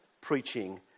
preaching